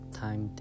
time